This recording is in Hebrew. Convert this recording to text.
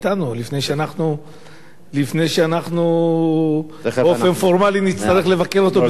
לפני שאנחנו באופן פורמלי נצטרך לבקר אותו בסין.